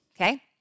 Okay